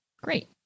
Great